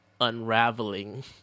unraveling